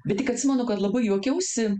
bet tik atsimenu kad labai juokiausi